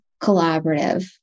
collaborative